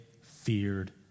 feared